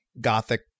gothic